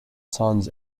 sons